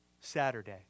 Saturday